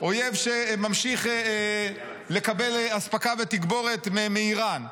אויב שממשיך לקבל אספקה ותגבורת מאיראן.